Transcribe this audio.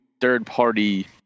third-party